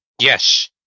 Yes